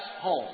home